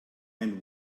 and